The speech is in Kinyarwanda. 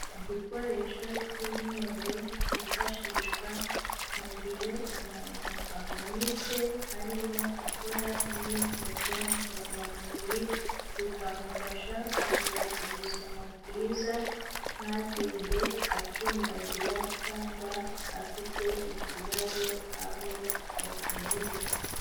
Igikoresho cy'umweru cyifashishwa mu gihe umuntu avunitse arimo akora imyitozo ngororamubiri, bikamufasha kugira ubuzima bwiza, ntagende acumbagira cyangwa afite ikibazo aho yakomeretse.